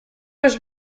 was